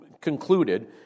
concluded